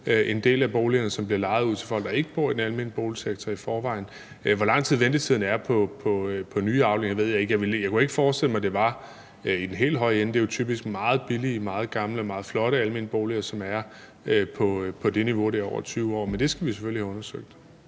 en del af boligerne, som bliver lejet ud til folk, der ikke bor i den almene boligsektor i forvejen. Hvor lang tid ventetiden er på nye afdelinger, ved jeg ikke. Jeg kunne ikke forestille mig, at det var i den helt høje ende. Det er jo typisk meget billige, meget gamle og meget flotte almene boliger, som er på det niveau med over 20 år. Men det skal vi selvfølgelig have undersøgt.